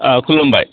खुलुमबाय